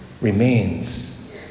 remains